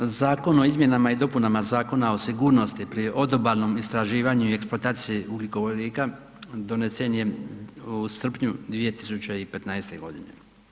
Zakon o izmjenama i dopunama Zakona o sigurnosti pri odobalnom istraživanju i eksploataciji ugljikovodika donesen je u srpnju 2015. godine.